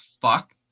fuck